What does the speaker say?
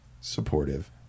supportive